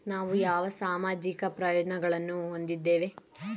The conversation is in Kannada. ನಾವು ಯಾವ ಸಾಮಾಜಿಕ ಪ್ರಯೋಜನಗಳನ್ನು ಹೊಂದಿದ್ದೇವೆ?